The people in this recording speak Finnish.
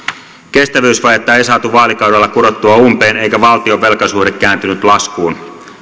kestävyysvajetta ei saatu vaalikaudella kurottua umpeen eikä valtion velkasuhde kääntynyt laskuun